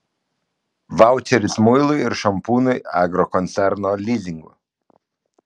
vaučeris muilui ir šampūnui agrokoncerno lizingu